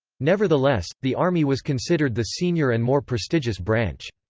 nevertheless, the army was considered the senior and more prestigious branch.